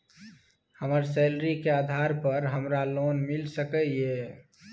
हमर सैलरी के आधार पर हमरा लोन मिल सके ये?